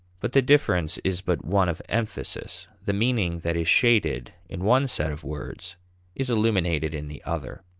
but the difference is but one of emphasis the meaning that is shaded in one set of words is illuminated in the other.